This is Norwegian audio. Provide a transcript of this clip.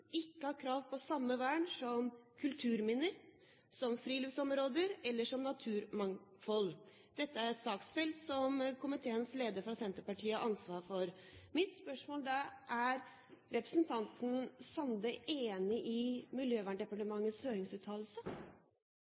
ikke har krav på samme vern som kulturminner, friluftsområder og naturmangfold. Dette er saksfelt som komiteens leder, fra Senterpartiet, har ansvar for. Mitt spørsmål er: Er representanten Sande enig i Miljøverndepartementets høringsuttalelse?